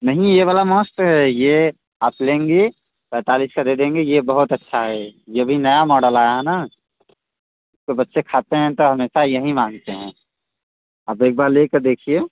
नहीं ये वाला मस्त है ये आप लेंगी पैंतालिस का दे देंगे ये बहुत अच्छा है ये अभी नया मॉडल आया है ना तो बच्चे खाते हैं तो हमेशा यही मांगते हैं आप एक बार ले कर देखिए